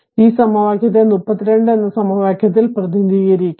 ഈ സമവാക്യത്തെ 32 എന്ന സമവാക്യത്താൽ പ്രതിനിധികരിക്കാം